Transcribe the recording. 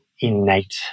innate